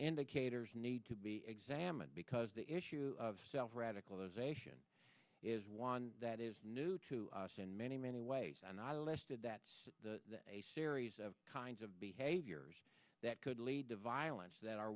indicators need to be examined because the issue of self radicalization is one that is new to us in many many ways and i listed that's a series of kinds of behaviors that could lead to violence that are